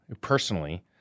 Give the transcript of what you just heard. personally